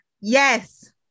Yes